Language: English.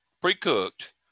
pre-cooked